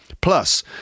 Plus